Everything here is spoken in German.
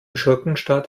schurkenstaat